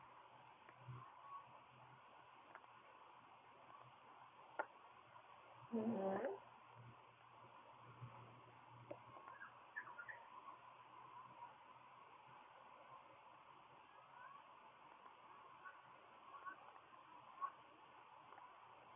mmhmm